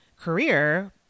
career